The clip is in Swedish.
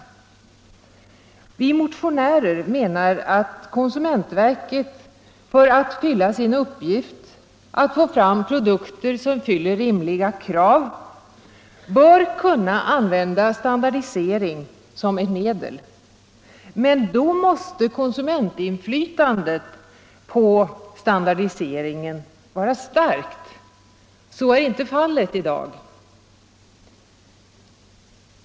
Vi motionärer menar att konsumentverket för att fylla sin uppgift att få fram produkter som motsvarar rimliga krav bör kunna använda standardisering som ett medel. Men då måste konsumentinflytandet på standardiseringen vara starkt. Så är inte fallet i dag.